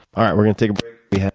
alright. we're going to take yeah